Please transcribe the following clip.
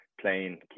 playing